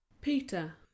Peter